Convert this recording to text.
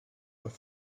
were